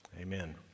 Amen